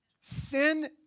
Sin